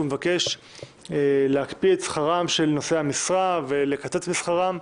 מבקש להקפיא את שכרם של נושאי המשרה ולקצץ משכרם,